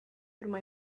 through